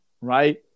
right